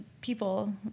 people